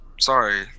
sorry